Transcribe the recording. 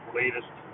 latest